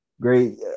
Great